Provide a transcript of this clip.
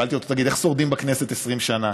שאלתי אותו: תגיד, איך שורדים בכנסת 20 שנה?